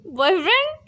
boyfriend